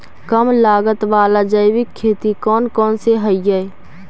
कम लागत वाला जैविक खेती कौन कौन से हईय्य?